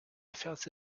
affaires